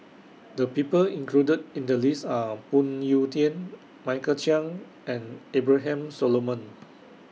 The People included in The list Are Phoon Yew Tien Michael Chiang and Abraham Solomon